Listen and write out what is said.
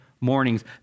mornings